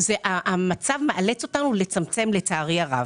המצב מאלץ אותנו לצמצם, לצערי הרב,